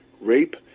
rape